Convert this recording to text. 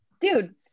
dude